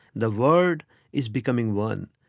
the world is becoming one,